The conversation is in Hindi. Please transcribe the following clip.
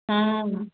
हाँ